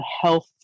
health